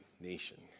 nation